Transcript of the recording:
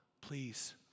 Please